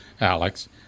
Alex